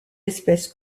espèce